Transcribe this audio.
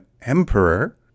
emperor